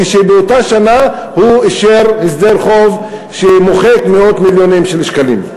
כשבאותה שנה הוא אישר הסדר חוב שמוחק מאות מיליונים של שקלים.